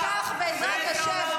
באיזה עולם את חיה?